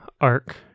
arc